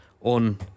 On